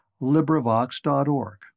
LibriVox.org